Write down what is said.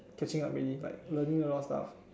catching up already like learning a lot of stuff